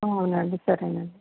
అవునండి సరేనండి